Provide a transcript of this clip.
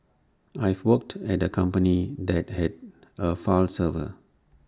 I've worked at A company that had A file server